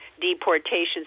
deportations